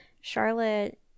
Charlotte